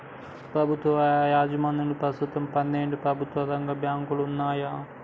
ప్రభుత్వ యాజమాన్యంలో ప్రస్తుతం పన్నెండు ప్రభుత్వ రంగ బ్యాంకులు వున్నయ్